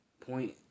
point